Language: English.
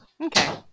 Okay